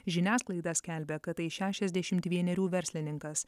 žiniasklaida skelbia kad tai šešiasdešimt vienerių verslininkas